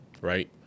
right